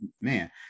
man